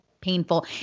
painful